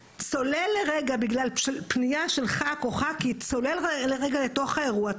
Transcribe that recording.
צולל לרגע בגלל פנייה של חבר כנסת או של חברת כנסת לתוך האירוע,